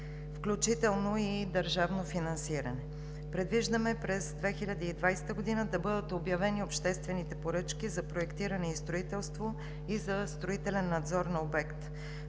включително и държавно финансиране. През 2020 г. предвиждаме да бъдат обявени обществените поръчки за проектиране и строителство, и за строителен надзор на обекта.